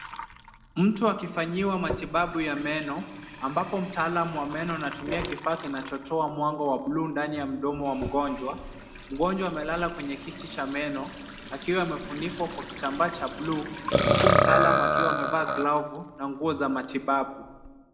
Mtu akifanyiwa matibabu ya meno, ambapo mtaalamu wa meno anatumia kifaa kinachotoa mwanga wa buluu ndani ya mdomo wa mgonjwa. Mgonjwa amelala kwenye kiti cha meno, akiwa amefunikwa kwa kitambaa cha buluu, huku mtaalamu akiwa amevaa glovu na nguo za matibabu.